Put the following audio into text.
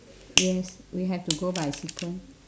yes we have to go by sequence